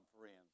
friends